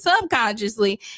subconsciously